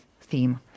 theme